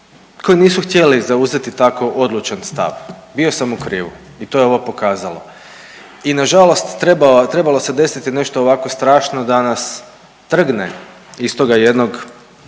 koji nisu htjeli zauzeti tako odlučan stav, bio sam u krivu i to je ovo pokazalo. I nažalost trebalo se desiti nešto ovako strašno da nas trgne iz toga jednog